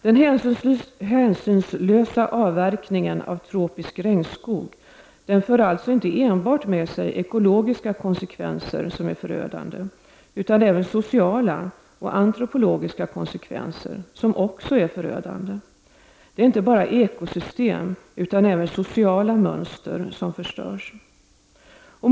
Den hänsynslösa avverkningen av tropisk regnskog för alltså inte enbart med sig ekologiska konsekvenser som är förödande, utan även sociala och antropologiska konsekvenser som också är förödande. Det är inte bara ekosystem utan även sociala mönster som förstörs.